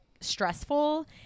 stressful